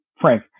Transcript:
frank